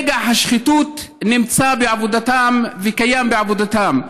נגע השחיתות נמצא בעבודתם וקיים בעבודתם.